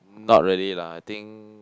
not really lah I think